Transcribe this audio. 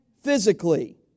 physically